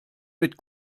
mit